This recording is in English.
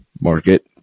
market